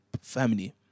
family